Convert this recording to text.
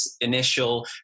initial